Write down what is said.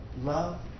love